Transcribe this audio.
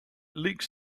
links